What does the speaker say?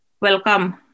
welcome